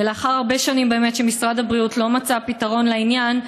ולאחר הרבה שנים שבאמת משרד הבריאות לא מצא פתרון לעניין,